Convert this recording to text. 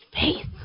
faith